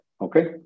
Okay